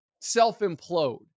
self-implode